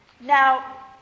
Now